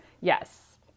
Yes